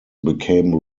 became